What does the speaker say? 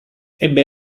ebbe